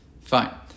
Fine